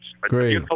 Great